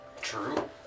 True